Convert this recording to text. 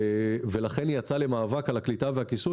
-- ולכן היא יצאה למאבק על הקליטה והכיסוי